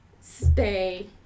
stay